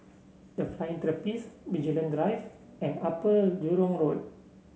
The Flying Trapeze Vigilante Drive and Upper Jurong Road